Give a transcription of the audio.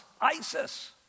Isis